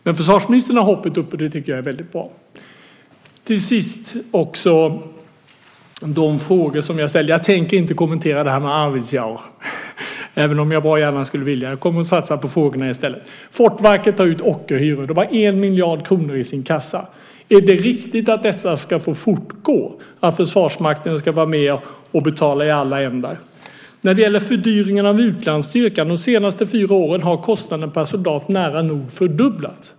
Men försvarsministern har hoppet uppe, och det är bra. Jag tänker inte kommentera frågan om Arvidsjaur, även om jag bra gärna skulle vilja. Jag kommer att i stället satsa på frågorna. Fortverket tar ut ockerhyror. Verket har 1 miljard kronor i sin kassa. Är det riktigt att det ska få fortgå att Försvarsmakten ska vara med och betala i alla ändar? Sedan var det frågan om fördyringen av utlandsstyrkan. De senaste fyra åren har kostnaderna per soldat nära nog fördubblats.